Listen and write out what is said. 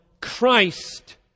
Christ